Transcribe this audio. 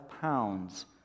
pounds